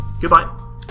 goodbye